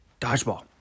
Dodgeball